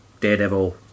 Daredevil